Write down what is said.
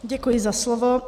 Děkuji za slovo.